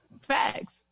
Facts